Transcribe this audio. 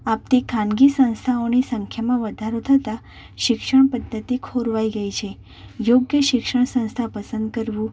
આપતી ખાનગી સંસ્થાઓની સંખ્યામાં વધારો થતાં શિક્ષણ પદ્ધતિ ખોરવાઈ ગઈ છે યોગ્ય શિક્ષણ સંસ્થા પસંદ કરવું